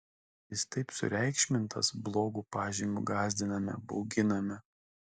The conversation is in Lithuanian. jis taip sureikšmintas blogu pažymiu gąsdiname bauginame